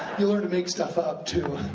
you learn to make stuff up too.